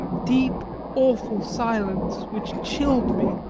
deep, awful silence, which chilled me.